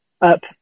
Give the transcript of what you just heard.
up